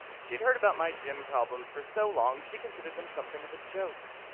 she had heard about my gym problems for so long, she considered them something of a joke.